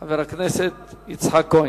חבר הכנסת יצחק כהן.